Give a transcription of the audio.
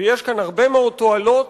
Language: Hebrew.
ויש כאן הרבה מאוד תועלות,